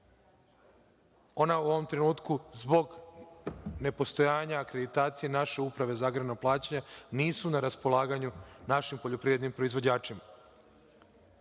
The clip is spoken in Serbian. ona u ovom trenutku zbog nepostojanja akreditacije naše Uprave za agrarna plaćanja nisu na raspolaganju našim poljoprivrednim proizvođačima. Osmog